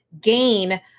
gain